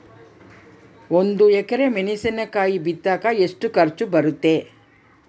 ಒಂದು ಎಕರೆ ಮೆಣಸಿನಕಾಯಿ ಬಿತ್ತಾಕ ಎಷ್ಟು ಖರ್ಚು ಬರುತ್ತೆ?